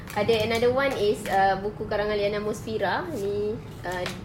ah then another one is err buku karangan liyana musfira ini err